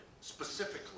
specifically